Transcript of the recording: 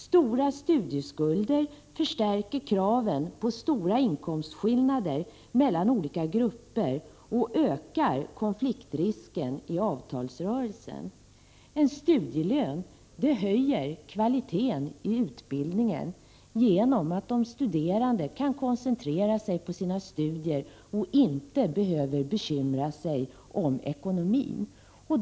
Stora studieskulder förstärker kraven på stora inkomstskillnader mellan olika grupper och ökar konfliktrisken i avtalsrörelsen. En studielön höjer kvaliteten i utbildningen genom att de studerande kan koncentrera sig på sina studier och inte behöver bekymra sig om ekonomin.